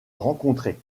rencontrer